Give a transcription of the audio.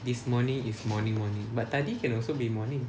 this morning is morning morning but tadi can also be morning